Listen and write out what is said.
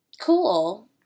cool